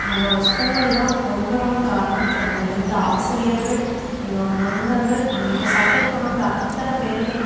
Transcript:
என்னோடய ஸ்கூலு தான் ரொம்ப ரொம்ப காரணம் அதலிருந்த ஆசிரியர்கள் என்னோடய நண்பர்கள் எங்களுக்கு சப்போர்ட் பண்ணவங்க அத்தனை பேருமே